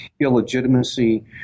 illegitimacy